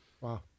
Wow